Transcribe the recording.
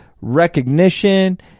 recognition